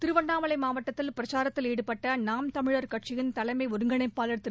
திருவண்ணாமலை மாவட்டத்தில் பிரச்சாரத்தில் ஈடுபட்ட நாம் தமிழர் கட்சியின் தலைமை ஒருங்கிணைப்பாளர் திரு